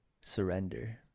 Surrender